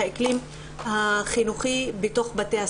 הכלי החינוכי בתוך בתי הספר.